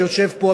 שיושב פה,